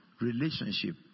relationship